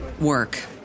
work